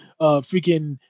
freaking